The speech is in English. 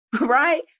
right